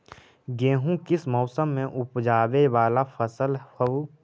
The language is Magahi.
गेहूं किस मौसम में ऊपजावे वाला फसल हउ?